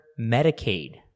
Medicaid